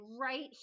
right